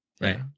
right